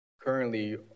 currently